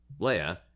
Leia